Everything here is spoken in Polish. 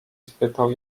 spytał